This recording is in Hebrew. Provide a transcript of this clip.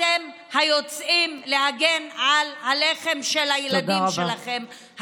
אתם היוצאים להגן על הלחם של הילדים שלכם,